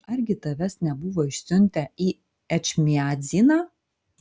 argi tavęs nebuvo išsiuntę į ečmiadziną